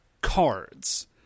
cards